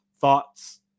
thoughts